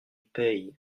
paye